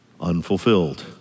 unfulfilled